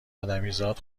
ادمیزاد